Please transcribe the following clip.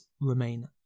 remain